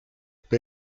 ppa